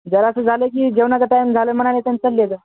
जरासं झालं की जेवणाचा टायम झालं म्हणा आणि चाललेलं